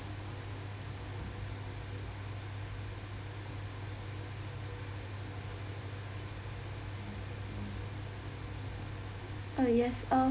uh yes um